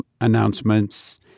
announcements